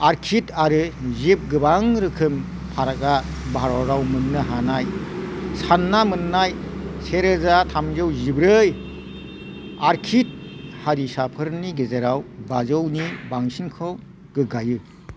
आरखिद आरो जिब गोबां रोखाम फारागा भारताव मोननो हानाय सानना मोननाय से रोजा थामजौ जिब्रै आरखिद हारिसाफोरनि गेजेराव बाजौनि बांसिनखौ गोग्गायो